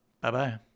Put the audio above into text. Bye-bye